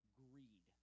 greed